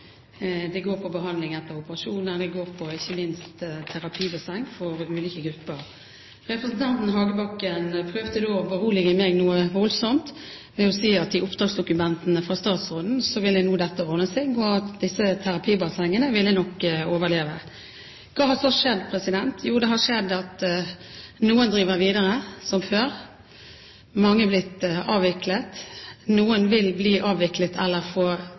Det går på behandling etter operasjoner, og det går ikke minst på terapi i basseng for ulike grupper. Representanten Hagebakken prøvde å berolige meg noe voldsomt med å si at med oppdragsdokumentene fra statsråden ville nå dette ordne seg, og at disse terapibassengene nok ville overleve. Hva har så skjedd? Jo, det har skjedd at noen driver videre som før, mange er blitt avviklet, og noen vil bli avviklet eller få